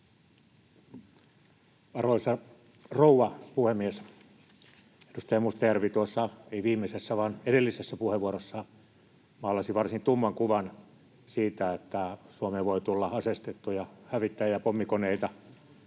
Arvoisa rouva puhemies! Edustaja Mustajärvi tuossa, ei viimeisessä vaan edellisessä, puheenvuorossaan maalasi varsin tumman kuvan siitä, että Suomeen voi tulla aseistettuja hävittäjiä ja pommikoneita